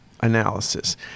Analysis